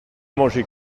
manger